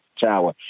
tower